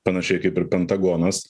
panašiai kaip ir pentagonas